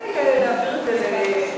אולי למליאה,